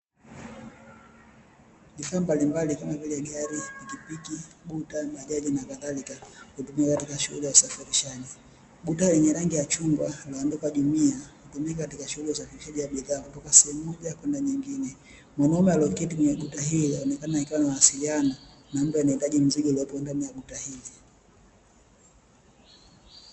Vifaa mbalimbali kama vile gari, pikipiki, guta, gari, bajaji na kadhalika kutumia usafirishaji, guta yenye rangi ya chungwa lililo andikwa 'Junia' kutumika katika shughuli za bidhaa kutoka sehemu moja kwenda nyingine mwanaume alioketi kwenye kutahiri yaonekana ikiwa ni mawasiliano na muda nahitaji mzigo uliopo ndani ya